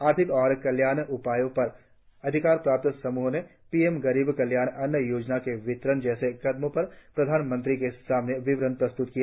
आर्थिक और कल्याण उपायों पर अधिकार प्राप्त समूह ने पीएम गरीब कल्याण अन्न योजना के विस्तार जैसे कदमों पर प्रधानमंत्री के सामने विवरण प्रस्त्त किया